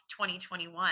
2021